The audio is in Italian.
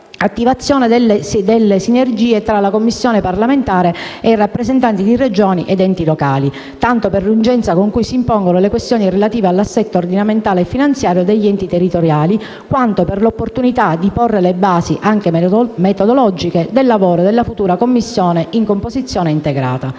attivazione delle sinergie tra la Commissione parlamentare e i rappresentanti di Regioni ed enti locali, tanto per l'urgenza con cui si impongono le questioni relative all'assetto ordinamentale e finanziario degli enti territoriali, quanto per l'opportunità di porre le basi, anche metodologiche, del lavoro della futura Commissione in composizione integrata.